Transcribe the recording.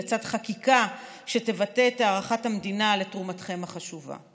לצד חקיקה שתבטא את הערכת המדינה לתרומתכם החשובה.